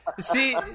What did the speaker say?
See